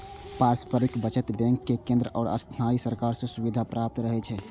पारस्परिक बचत बैंक कें केंद्र आ स्थानीय सरकार सं सुविधा प्राप्त रहै छै